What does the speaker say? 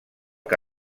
que